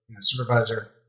supervisor